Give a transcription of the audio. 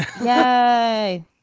yay